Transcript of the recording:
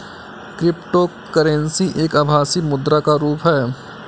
cryptocurrency एक आभासी मुद्रा का रुप है